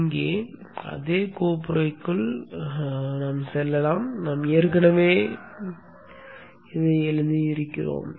இங்கே அதே கோப்புறைக்குள் செல்லலாம் நான் ஏற்கனவே எழுதியுள்ளேன்